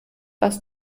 was